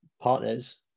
partners